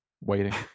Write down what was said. waiting